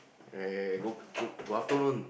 eh good good good afternoon